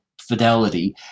fidelity